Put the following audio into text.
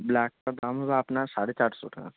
ব্ল্যাকটার দাম হবে আপনার সাড়ে চারশো টাকা